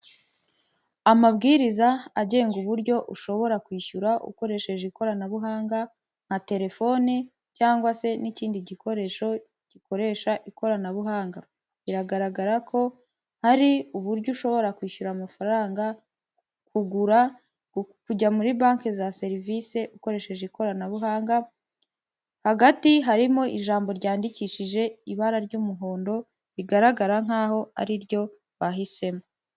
Amabwiriza agenga uburyo ushobora kwishyura ukoresheje ikoranabuhanga, nka telefoni cyangwa se n'ikindi gikoresho, gikoresha ikoranabuhanga, biragaragara ko hari uburyo ushobora kwishyura amafaranga, kugura, kujya muri banki za serivisi, ukoresheje ikoranabuhanga, hagati harimo ijambo ryandikishije ibara ry'umuhondo, rigaragara nkaho ariryo bahisemo.